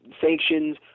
sanctions